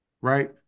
right